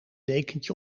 dekentje